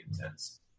intense